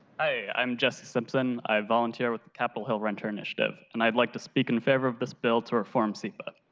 i am jesse simpson, i volunteer with the capitol hill renter initiative, and i like to speak in favor of this bill to reform sepa,